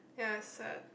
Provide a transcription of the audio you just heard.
ya it's sad